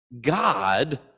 God